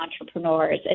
entrepreneurs